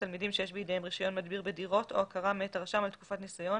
תלמידים שיש בידיהם רישיון מדביר בדירות או הכרה מאת הרשם על תקופת ניסיון